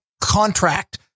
contract